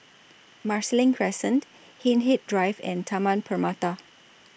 Marsiling Crescent Hindhede Drive and Taman Permata